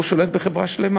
והוא שולט בחברה שלמה.